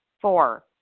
Four